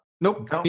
Nope